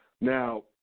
Now